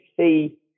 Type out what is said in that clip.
see